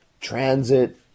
Transit